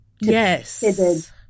Yes